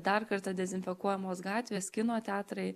dar kartą dezinfekuojamos gatvės kino teatrai